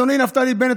אדוני נפתלי בנט,